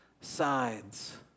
sides